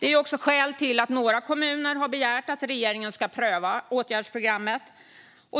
Det är också skälet till att några kommuner har begärt att regeringen ska pröva åtgärdsprogrammet.